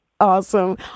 Awesome